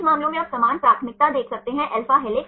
छात्र C आप N Cαदेख सकते हैं छात्र Cα